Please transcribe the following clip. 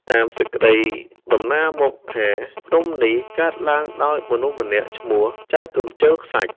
តាមសេចក្ដីតំណាលមកថា ភ្នំដីនេះកើតឡើងដោយមនុស្សម្នាក់ឈ្មោះ “ចៅកម្ជិលខ្សាច់”